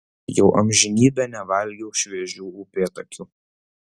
jau amžinybę nevalgiau šviežių upėtakių